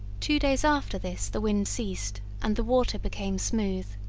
two days after this the wind ceased, and the water became smooth.